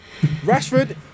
Rashford